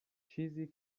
چیزی